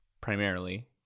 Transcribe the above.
primarily